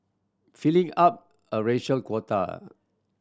filling up a racial quota